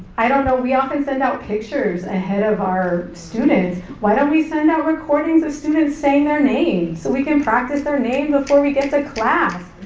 i don't know, we often send out pictures ahead of our students, why don't we send out recordings of students saying their names? we can practice their name before we get to class.